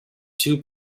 two